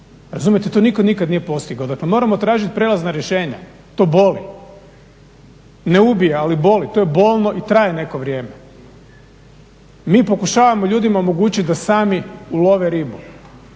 Razumijete? To nikad nitko nije postigao. Dakle, moramo tražiti prijelazna rješenja. To boli, ne ubija ali boli, to je bolno i traje neko vrijeme. Mi pokušavamo ljudima omogućiti da sami ulove ribu,